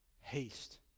haste